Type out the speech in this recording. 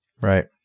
Right